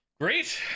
Great